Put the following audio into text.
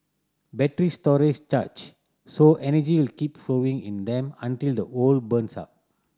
batteries stories charge so energy will keep flowing in them until the whole burns up